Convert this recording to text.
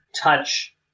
touch